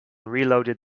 reloaded